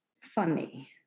funny